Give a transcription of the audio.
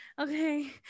okay